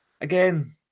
Again